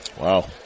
wow